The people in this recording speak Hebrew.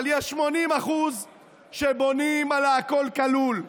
אבל יש 80% שבונים על הכול כלול,